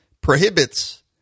prohibits